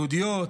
יהודיות,